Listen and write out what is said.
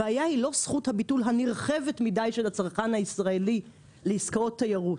הבעיה היא לא זכות הביטול הנרחבת מדי של הצרכן הישראלי לעסקאות תיירות,